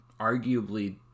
arguably